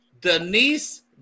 Denise